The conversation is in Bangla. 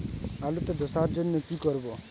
আলুতে ধসার জন্য কি করব?